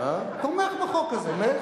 תומך בחוק הזה.